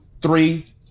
Three